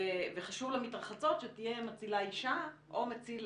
וחשוב למתרחצות שתהיה מצילה אישה או מציל